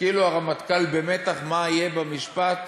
שכאילו הרמטכ"ל במתח מה יהיה במשפט